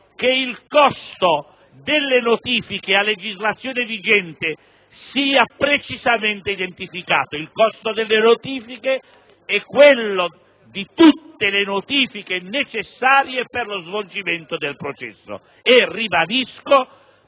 che il costo delle notifiche a legislazione vigente sia precisamente identificato. Tale costo è quello relativo a tutte le notifiche necessarie per lo svolgimento del processo nell'ambito